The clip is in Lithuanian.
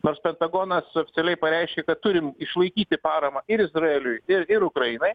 nors pentagonas oficialiai pareiškė kad turim išlaikyti paramą ir izraeliui ir ir ukrainai